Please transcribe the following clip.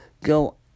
go